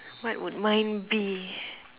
what would mine be